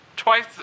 Twice